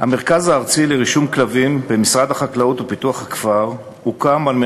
המרכז הארצי לרישום כלבים במשרד החקלאות ופיתוח הכפר הוקם כדי